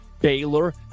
Baylor